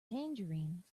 tangerines